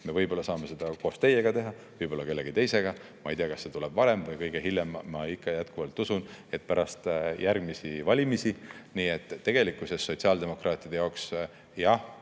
Me võib-olla saame seda teha koos teiega, võib-olla kellegi teisega, ma ei tea, kas see tuleb varem või hiljem, aga ma ikka jätkuvalt usun, et pärast järgmisi valimisi. Nii et tegelikkuses sotsiaaldemokraatide jaoks, jah,